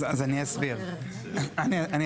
אז